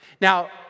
Now